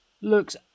looks